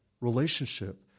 relationship